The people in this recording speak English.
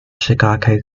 chicago